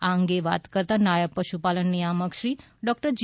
આ અંગે વાત કરતા નાયબ પશુપાલન નિયામક શ્રી ડૉ જે